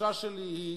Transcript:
התחושה שלי היא